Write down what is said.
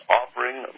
offering